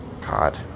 god